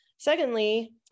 Secondly